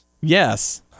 Yes